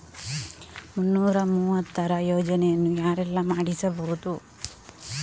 ಮುನ್ನೂರ ಮೂವತ್ತರ ಯೋಜನೆಯನ್ನು ಯಾರೆಲ್ಲ ಮಾಡಿಸಬಹುದು?